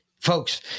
folks